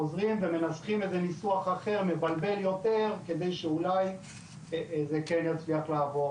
חוזרים ומנסחים איזה ניסוח אחר מבלבל יותר כדי שאולי זה כן יצליח לעבור.